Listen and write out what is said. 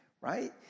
right